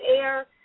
air